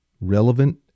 Relevant